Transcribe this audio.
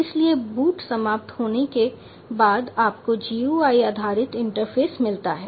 इसलिए बूट समाप्त होने के बाद आपको GUI आधारित इंटरफ़ेस मिलता है